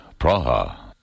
Praha